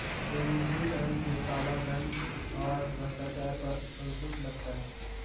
विमुद्रीकरण से कालाधन और भ्रष्टाचार पर अंकुश लगता हैं